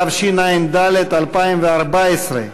התשע"ד 2014,